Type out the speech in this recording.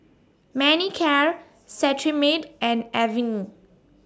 Manicare Cetrimide and Avene